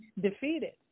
defeated